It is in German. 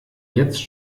jetzt